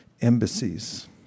embassies